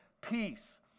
peace